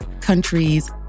countries